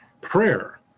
prayer